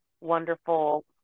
wonderful